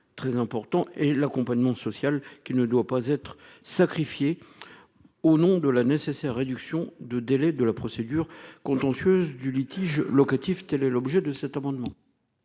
très important et l'accompagnement social qui ne doit pas être sacrifiée. Au nom de la nécessaire réduction de délais de la procédure contentieuse du litige locatif, telle est l'objet de cet amendement.